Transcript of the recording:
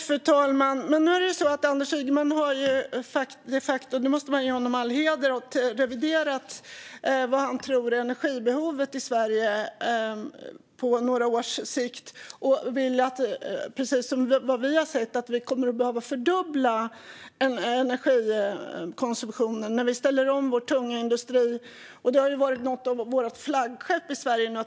Fru talman! Nu är det så att Anders Ygeman de facto har reviderat vad han tror om energibehovet i Sverige på några års sikt. Det måste man ge honom all heder för. Vi har sett att vi kommer att behöva fördubbla energikonsumtionen när vi ställer om vår tunga industri. Det har varit något av vårt flaggskepp i Sverige.